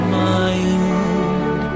mind